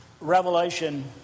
Revelation